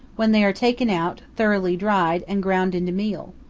when they are taken out, thoroughly dried, and ground into meal.